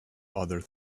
other